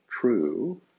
true